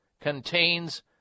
contains